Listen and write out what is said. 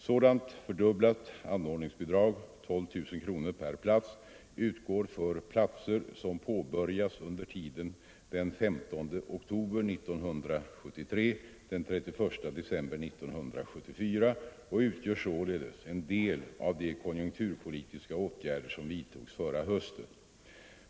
Sådant fördubblat anordningsbidrag, 12 000 kronor per plats, utgår för platser som påbörjas under tiden den 15 oktober 1973-den 31 december 1974 och utgör således en del av de konjunkturpolitiska åtgärder som vidtogs förra hösten.